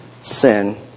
sin